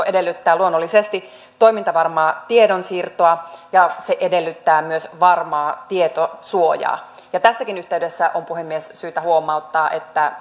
edellyttää luonnollisesti toimintavarmaa tiedonsiirtoa ja se edellyttää myös varmaa tietosuojaa tässäkin yhteydessä on puhemies syytä huomauttaa että